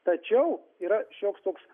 tačiau yra šioks toks